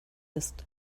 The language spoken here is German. ist